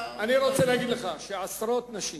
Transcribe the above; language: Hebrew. אני רוצה להגיד לך שעשרות נשים